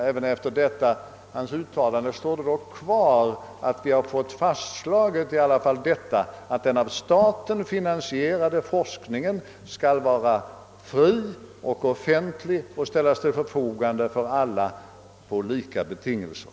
Även efter hans senaste uttalande står det dock kvar, att vi fått fastslaget att den av staten finansierade forskningen skall vara fri och offentlig och ställas till förfogande för alla på lika villkor.